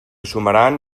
sumaran